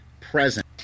present